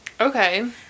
Okay